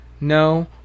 no